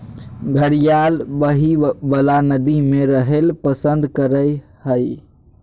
घड़ियाल बहइ वला नदि में रहैल पसंद करय हइ